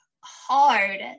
hard